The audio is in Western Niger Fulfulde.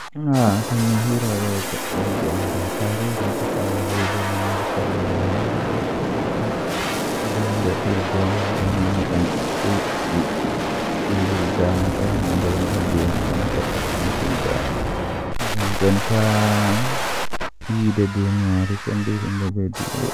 Ndikka amara sobiraaɓe mari gongaaku Ko feewi wallitooɓe ɓeeɗo waɗaniɗaa ngam waɗude toɓɓere yimɓe na'iɗi waɗuɗi nder jiɓgol. Wallitooɓe ɓeeɗo waɗi eɗen ɓuri peewal ɓurɗe waɗude kaɓe e kaɗɗi ngona maa. Wonaa yimɓe na'iɗi waɗi eɗen waɗude torooɗe, ɓesde, e yamiroore maa nder balɗe kuutooji. Ngona mo ɓeeɗo waɗi ngam waɗude waɗaare e waɗude keewal